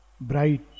Bright